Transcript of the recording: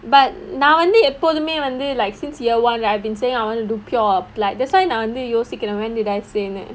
but நான் வந்து எப்போதுமே வந்து:naan vanthu eppothumae vanthu like since year one I've been saying I want to do pure applied that's why நான் வந்து யோசிக்குற:naan vanthu yosikkura when did I say